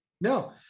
No